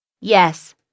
Yes